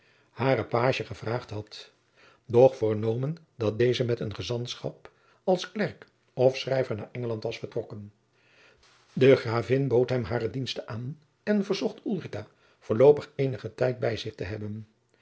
pagie gevraagd had doch vernomen dat deze met een gezantschap als klerk of schrijver naar engeland was vertrokken de gravin bood hem hare diensten aan en verzocht ulrica voorloopig eenigen tijd bij zich te hebben